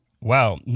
Wow